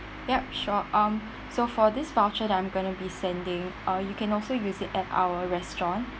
ya sure um so for this voucher that I'm going to be sending uh you can also use it at our restaurant